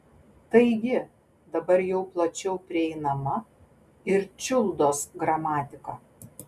taigi dabar jau plačiau prieinama ir čiuldos gramatika